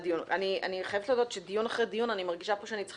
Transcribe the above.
אני חייבת להודות שדיון אחרי דיון אני מרגישה פה שאני צריכה